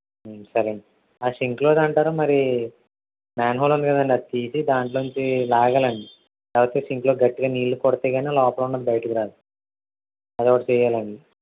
సరేనండి ఆ సింక్లోది అంటారా మరి మ్యాన్హోల్ ఉంది కదండి అది తీసి దాని లోంచి లాగాలండి లేకపోతే సింక్లో గట్టిగా నీళ్ళు కొడితే కానీ లోపల ఉన్నది బయటకు రాదు అది ఒకటి చెయ్యాలండి